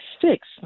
six